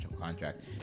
contract